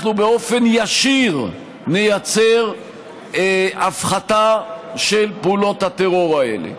באופן ישיר נייצר הפחתה של פעולות הטרור האלה.